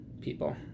people